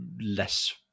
less